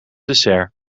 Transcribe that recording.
dessert